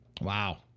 Wow